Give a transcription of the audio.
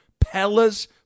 Pella's